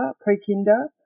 pre-kinder